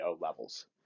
levels